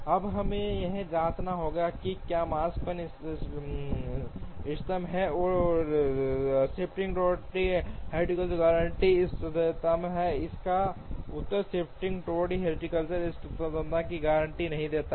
अब हमें यह जांचना होगा कि क्या यह माकस्पैन इष्टतम है या शिफ्टिंग टोंटी ह्यूरिस्टिक गारंटी इष्टतमता है इसका उत्तर शिफ्टिंग टोंटी हेटरिस्टिक इष्टतमता की गारंटी नहीं देता है